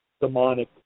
demonic